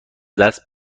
دست